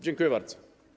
Dziękuję bardzo.